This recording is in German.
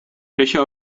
löcher